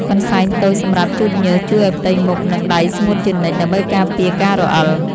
កន្សែងតូចសម្រាប់ជូតញើសជួយឱ្យផ្ទៃមុខ និងដៃស្ងួតជានិច្ច ដើម្បីការពារការរអិល។